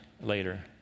later